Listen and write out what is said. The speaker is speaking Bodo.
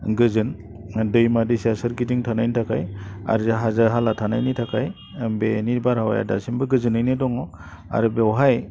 गोजोन दैमा दैसा सोरगिदिं थानायनि थाखाय आरो जे हाजो हाला थानायनि थाखाय बेनि बारहावाया दासिमबो गोजोनैनो दङ आरो बेवहाय